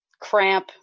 cramp